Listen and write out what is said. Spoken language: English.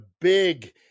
big